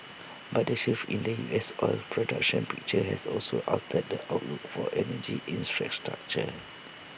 but the shift in the U S oil production picture has also altered the outlook for energy infrastructure